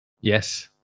yes